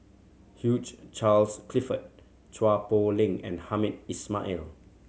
Hugh Charles Clifford Chua Poh Leng and Hamed Ismail